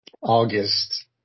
August